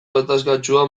gatazkatsua